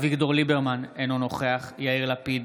אביגדור ליברמן, אינו נוכח יאיר לפיד,